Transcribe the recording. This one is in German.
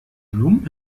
blumen